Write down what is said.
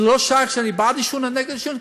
ולא שייך שאני בעד עישון או נגד עישון,